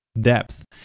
depth